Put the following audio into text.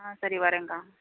ஆ சரி வரேன்க்கா